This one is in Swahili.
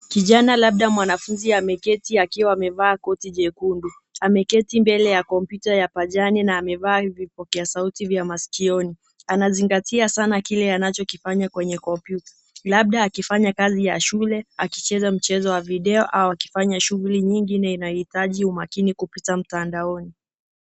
Kijana labda mwanafunzi ameketi akiwa amevaa koti jekundu. Ameketi mbele ya kompyuta ya pajani na amevaa vipokea sauti vya masikioni. Anazingatia sana kile anachokifanya kwenye kompyuta, labda akifanya kazi ya shule, akicheza mchezo wa video au akifanya shughuli nyingine inayohitaji umakini kupita mtandaoni.